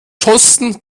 schossen